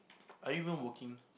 are you even working